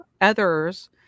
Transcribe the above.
others